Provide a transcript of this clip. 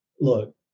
look